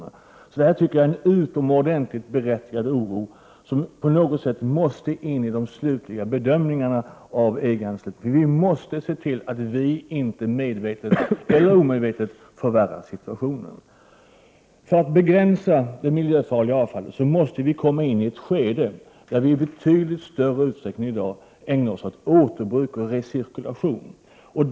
Jag tycker därför att denna oro är utomordentligt berättigad, och denna fråga måste därför på något sätt komma in i de slutliga bedömningarna av EG-anslutningen. Vi måste se till att vi inte medvetet eller omedvetet förvärrar situationen. För att begränsa det miljöfarliga avfallet måste vi komma in i ett skede där vi i betydligt större utsträckning än i dag ägnar oss åt återbruk och recirkulation.